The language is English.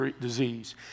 disease